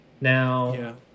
Now